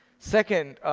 second,